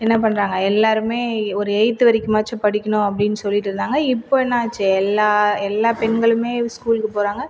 என்ன பண்றாங்க எல்லோருமே ஒரு எயிட்த் வரைக்குமாச்சும் படிக்கணும் அப்படினு சொல்லிட்டு இருந்தாங்க இப்போ என்ன ஆச்சு எல்லா எல்லா பெண்களுமே ஸ்கூலுக்கு போறாங்க